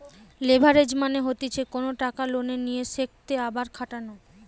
leverage মানে হতিছে কোনো টাকা লোনে নিয়ে সেতকে আবার খাটানো